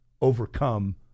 overcome